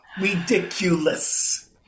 Ridiculous